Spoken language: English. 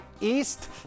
East